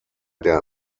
der